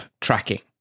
tracking